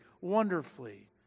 wonderfully